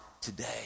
today